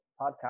podcast